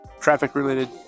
traffic-related